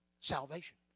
salvation